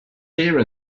here